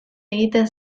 egiten